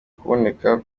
kuboneka